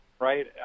right